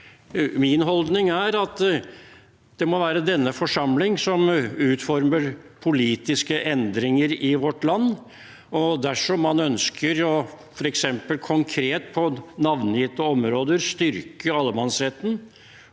Min holdning er at det må være denne forsamling som utformer politiske endringer i vårt land. Dersom man f.eks. konkret på navngitte områder ønsker å styrke allemannsretten